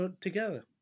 together